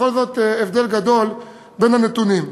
בכל זאת, הבדל גדול בין הנתונים.